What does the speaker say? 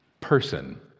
person